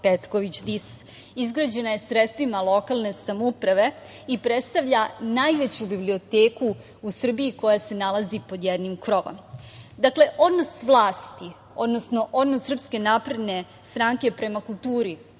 Petković Dis“. Izgrađena je sredstvima lokalne samouprave i predstavlja najveću biblioteku u Srbiji koja se nalazi pod jednim krovom. Dakle, odnos vlasti, odnosno odnos SNS prema kulturi